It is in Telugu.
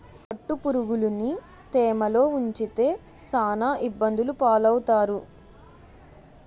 పట్టుపురుగులుని తేమలో ఉంచితే సాన ఇబ్బందులు పాలవుతారు